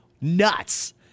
nuts